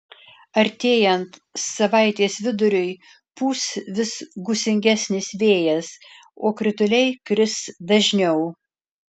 artėjant savaitės viduriui pūs vis gūsingesnis vėjas o krituliai kris dažniau